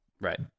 Right